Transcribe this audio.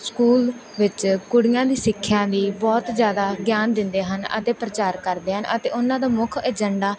school ਵਿੱਚ ਕੁੜੀਆਂ ਦੀ ਸਿੱਖਿਆ ਲਈ ਬਹੁਤ ਜ਼ਿਆਦਾ ਗਿਆਨ ਦਿੰਦੇ ਹਨ ਅਤੇ ਪ੍ਰਚਾਰ ਕਰਦੇ ਹਨ ਅਤੇ ਉਹਨਾਂ ਦਾ ਮੁੱਖ ਏਜੰਡਾ